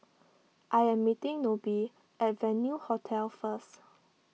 I am meeting Nobie at Venue Hotel first